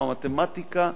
כמו המתמטיקה,